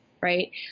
Right